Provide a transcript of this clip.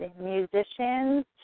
musicians